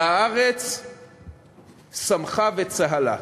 והארץ שמחה וצהלה.